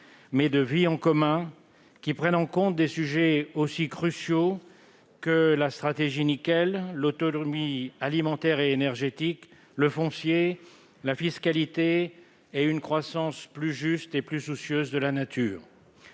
soit de vie en commun et prenne en compte des sujets aussi cruciaux que la stratégie Nickel, l'autonomie alimentaire et énergétique, le foncier, la fiscalité et une croissance plus juste et plus soucieuse de la nature.